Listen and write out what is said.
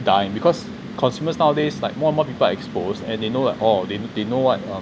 dying because consumers nowadays like more and more people are exposed and they know like orh they they know what